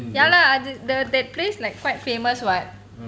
ya lah th~ the that place like quite famous [what]